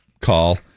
call